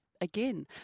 again